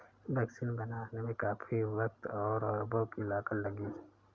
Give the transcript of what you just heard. vaccine बनाने में काफी वक़्त और अरबों की लागत लगती है